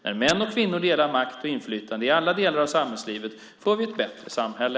När män och kvinnor delar makt och inflytande i alla delar av samhällslivet får vi ett bättre samhälle.